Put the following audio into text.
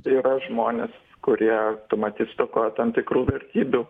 tai yra žmonės kurie matyt stokoja tam tikrų vertybių